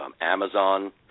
Amazon